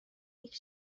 یکی